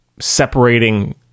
separating